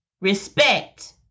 Respect